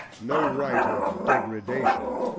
no rite of degradation,